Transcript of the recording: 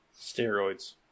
Steroids